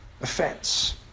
offense